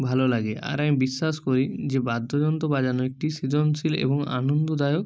ভালো লাগে আর আমি বিশ্বাস করি যে বাদ্যযন্ত্র বাজানো একটি সৃজনশীল এবং আনন্দদায়ক